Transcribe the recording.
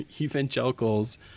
evangelicals